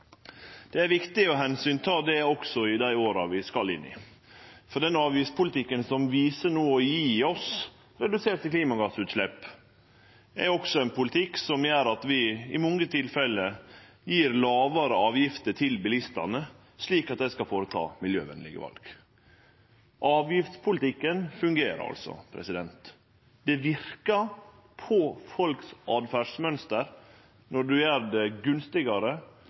Det er viktig å ta omsyn til det også i dei åra vi skal inn i. Den avgiftspolitikken som no viser seg å gje oss reduserte klimagassutslepp, er også ein politikk som gjer at vi i mange tilfelle gjev lågare avgifter til bilistane, slik at dei skal ta miljøvenlege val. Avgiftspolitikken fungerer altså. Det verkar inn på åtferdsmønsteret til folk når ein gjer det gunstigare